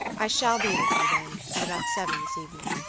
i shall be with you, then, at about seven this evening.